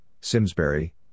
Simsbury